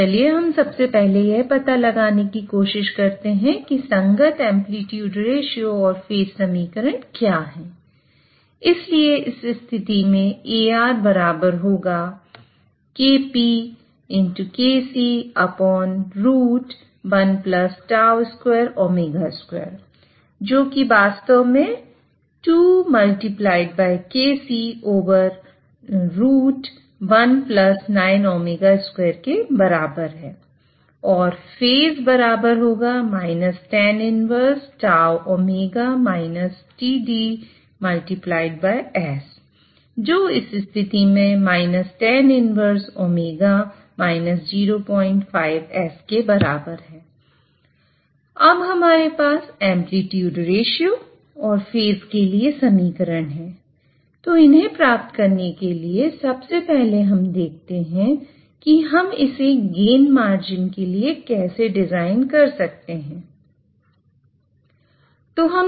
तो चलिए हम सबसे पहले पता लगाने की कोशिश करते हैं कि संगत एंप्लीट्यूड रेश्यो और फेज के लिए समीकरण है तो इन्हें प्राप्त करने के लिए सबसे पहले हम देखते हैं कि हम इसे गेन मार्जिन के लिए कैसे डिजाइन कर सकते हैं